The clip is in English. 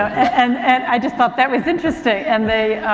and, and i just thought that was interesting. and they,